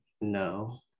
No